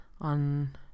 on